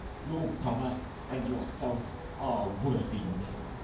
your brother and yourself are worthy men!